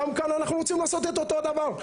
גם כאן אנחנו רוצים לעשות את אותו הדבר.